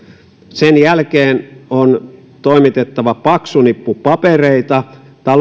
sen jälkeen on toimitettava kunnalle paksu nippu papereita